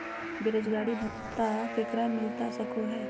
बेरोजगारी भत्ता ककरा मिलता सको है?